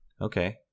Okay